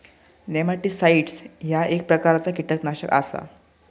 nematicides ह्या एक प्रकारचा कीटकनाशक आसा